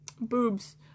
Boobs